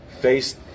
face